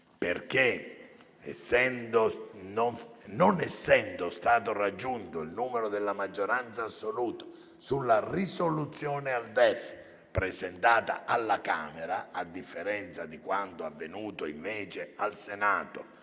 perché, non essendo stata raggiunta la maggioranza assoluta sulla risoluzione al DEF presentata alla Camera, a differenza di quanto avvenuto invece al Senato